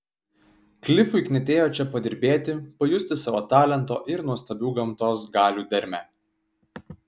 klifui knietėjo čia padirbėti pajusti savo talento ir nuostabių gamtos galių dermę